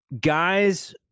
guys